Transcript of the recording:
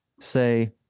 say